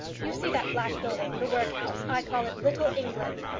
you see that black building the workhouse. i call it little england.